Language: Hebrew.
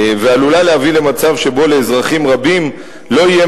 ועלולה להביא למצב שבו לאזרחים רבים לא יהיה